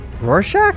Rorschach